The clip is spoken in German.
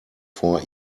vor